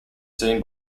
seen